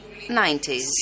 90s